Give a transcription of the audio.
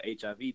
HIV